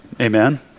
amen